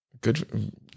Good